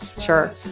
Sure